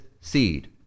seed